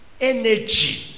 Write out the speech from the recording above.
energy